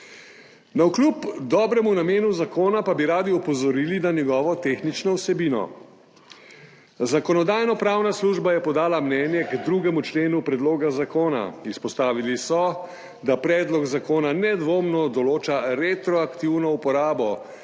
Navkljub dobremu namenu zakona pa bi radi opozorili na njegovo tehnično vsebino. Zakonodajno-pravna služba je podala mnenje k 2. členu predloga zakona. Izpostavili so, da predlog zakona nedvomno določa retroaktivno uporabo,